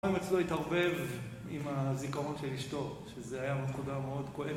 היום אצלו התערבב עם הזיכרון של אשתו, שזו הייתה נקודה מאוד כואבת